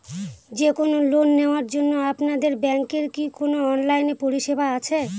যে কোন লোন নেওয়ার জন্য আপনাদের ব্যাঙ্কের কি কোন অনলাইনে পরিষেবা আছে?